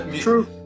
True